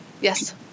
Yes